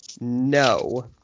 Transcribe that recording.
no